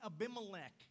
Abimelech